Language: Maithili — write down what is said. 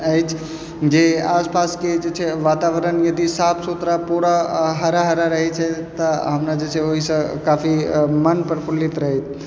अछि जे आस पासके जे छै वातावरण यदि साफ सुथरा पूरा हरा हरा रहै छै तऽ हमरा जे छै ओहिसँ काफी मन प्रफुल्लित रहैत